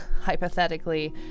hypothetically